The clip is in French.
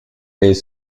est